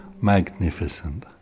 magnificent